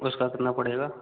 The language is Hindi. उसका कितना पड़ेगा